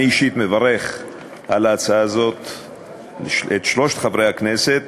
אני אישית מברך את שלושת חברי הכנסת